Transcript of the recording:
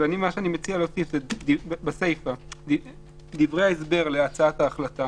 ואני מציע להוסיף בסיפה: דברי ההסבר להצעת ההחלטה